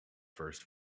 first